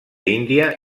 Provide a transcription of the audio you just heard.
índia